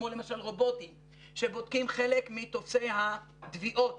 כמו למשל רובוטים שבודקים חלק מטופסי התביעות